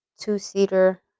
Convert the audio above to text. two-seater